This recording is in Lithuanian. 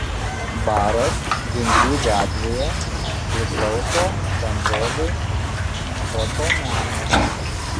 baras vingrių gatvėje priklauso bendrovei fotomenas